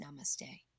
namaste